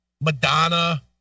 Madonna